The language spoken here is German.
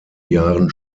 jahren